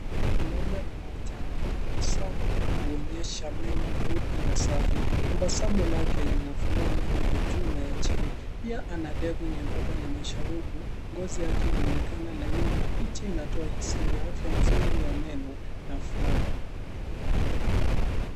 Mwanaume mmoja anatabasamu kuonyesha meno meupe na safi. Tabasamu lake linafunua meno ya juu na ya chini. Pia ana ndevu nyembamba na masharubu. Ngozi yake inaonekana laini, na picha inatoa hisia ya afya nzuri ya meno na furaha.